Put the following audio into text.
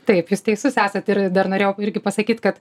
taip jūs teisus esat ir dar norėjau irgi pasakyt kad